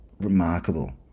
remarkable